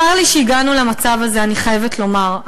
צר לי שהגענו למצב הזה, אני חייבת לומר.